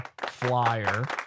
Flyer